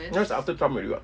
that's after trump already [what]